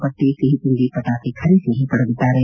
ಬಟ್ಟೆ ಸಿಹಿತಿಂಡಿ ಪಟಾಕಿ ಖರೀದಿಯಲ್ಲಿ ತೊಡಗಿದ್ದಾರೆ